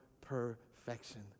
perfection